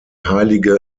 heilige